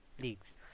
leagues